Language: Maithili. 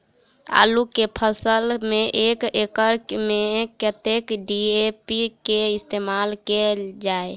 आलु केँ फसल मे एक एकड़ मे कतेक डी.ए.पी केँ इस्तेमाल कैल जाए?